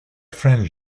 friend